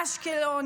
אשקלון,